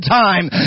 time